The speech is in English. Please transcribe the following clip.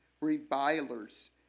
revilers